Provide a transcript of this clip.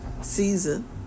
season